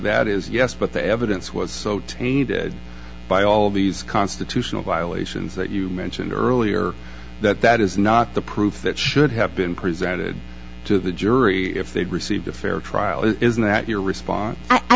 that is yes but the evidence was so tainted by all these constitutional violations that you mentioned earlier that that is not the proof that should have been presented to the jury if they'd received a fair trial isn't that your response i